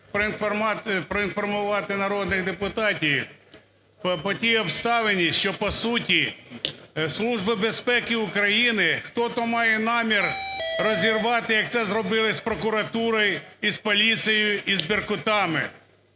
проінформувати народних депутатів по тій обставині, що по суті Службу безпеки України, хто-то має намір розірвати, як це зробили з прокуратурою і з поліцією, і з "беркутами".